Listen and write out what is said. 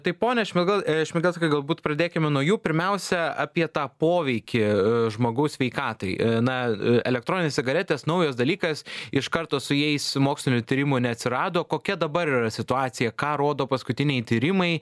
tai pone šmigel šmigelskai galbūt pradėkime nuo jų pirmiausia apie tą poveikį žmogaus sveikatai na elektroninės cigaretės naujas dalykas iš karto su jais mokslinių tyrimų neatsirado kokia dabar yra situacija ką rodo paskutiniai tyrimai